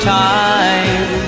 time